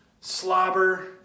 slobber